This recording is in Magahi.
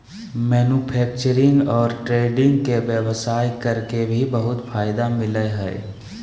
मैन्युफैक्चरिंग और ट्रेडिंग के व्यवसाय कर के भी बहुत फायदा मिलय हइ